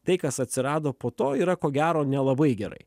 tai kas atsirado po to yra ko gero nelabai gerai